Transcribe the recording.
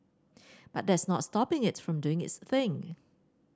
but that's not stopping it from doing its thing